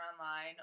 online